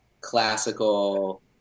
classical